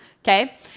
okay